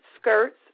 skirts